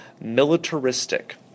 militaristic